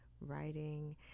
writing